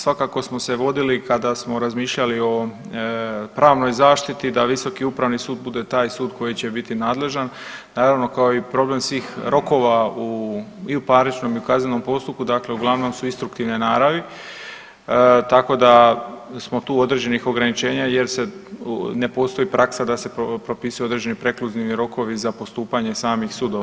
Svakako smo se vodili kada smo razmišljali o pravnoj zaštiti da Visoki upravni sud bude taj sud koji će biti nadležan, naravno kao i problem svih rokova u parničnom i u kaznenom postupku uglavnom su instruktivne naravi, tako da smo tu određenih ograničenja jer ne postoji praksa da se propisuje određeni prekluzivni rokovi za postupanje samih sudova.